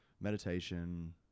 meditation